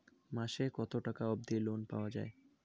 মাসে কত টাকা অবধি লোন পাওয়া য়ায়?